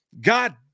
god